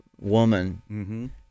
woman